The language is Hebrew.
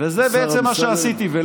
וזה בעצם מה שעשיתי.